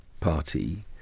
Party